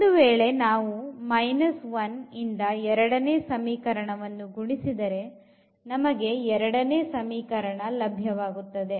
ಒಂದು ವೇಳೆ ನಾವು 1 ರಿಂದ ಎರಡನೇ ಸಮೀಕರಣವನ್ನು ಗುಣಿಸಿದರೆ ನಮಗೆ ಎರಡನೇ ಸಮೀಕರಣ ಲಭ್ಯವಾಗುತ್ತದೆ